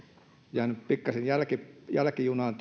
jäänyt pikkasen jälkijunaan jälkijunaan